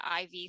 IV